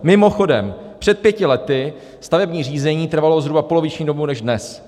Mimochodem, před pěti lety stavební řízení trvalo zhruba poloviční dobu než dnes.